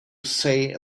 say